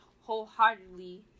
wholeheartedly